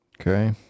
Okay